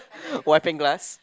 wiping glass